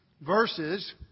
verses